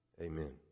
Amen